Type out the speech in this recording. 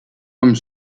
homme